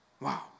Wow